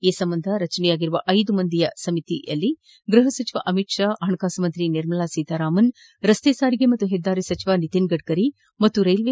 ಈ ಸಂಬಂಧ ರಚಿನೆಯಾಗಿರುವ ಐದು ಮಂದಿಯ ಸಮಿತಿಯಲ್ಲಿ ಗ್ಬಹ ಸಚಿವ ಅಮಿತ್ ಶಾ ಹಣಕಾಸು ಸಚಿವೆ ನಿರ್ಮಲಾ ಸೀತಾರಾಮನ್ ರಸ್ತೆ ಸಾರಿಗೆ ಮತ್ತು ಹೆದ್ದಾರಿ ಸಚಿವ ನಿತಿನ್ ಗಡ್ಕರಿ ಹಾಗೂ ರೈಲ್ವೆ